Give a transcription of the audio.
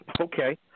okay